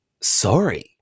sorry